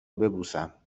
ببوسم